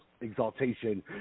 exaltation